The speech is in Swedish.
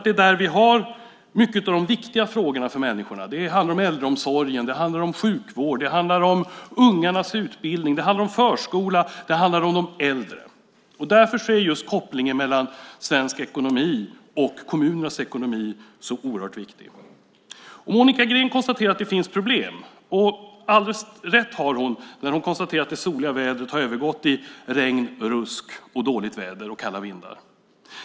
Det är där vi har mycket av de viktiga frågorna för människorna. Det handlar om äldreomsorgen. Det handlar om sjukvården. Det handlar om ungarnas utbildning. Det handlar om förskolan. Det är därför just kopplingen mellan svensk ekonomi och kommunernas ekonomi är så oerhört viktig. Monica Green konstaterar att det finns problem. Alldeles rätt har hon när hon konstaterar att det soliga vädret har övergått i dåligt väder, regn, rusk och kalla vindar.